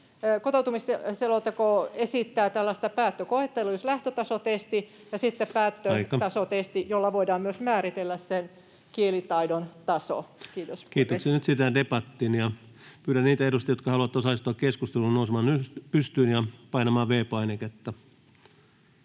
kotoutumisselonteko esittää päättökoetta. [Puhemies: Aika!] Olisi lähtötasotesti ja sitten päättötasotesti, jolla voidaan myös määritellä kielitaidon taso. — Kiitos. Kiitoksia. — Nyt siirrytään debattiin, ja pyydän niitä edustajia, jotka haluavat osallistua keskusteluun, nousemaan pystyyn ja painamaan V-painiketta.